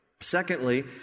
Secondly